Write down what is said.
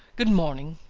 good morning!